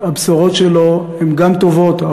הבשורות שלו הן גם טובות,